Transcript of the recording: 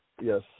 Yes